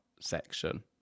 section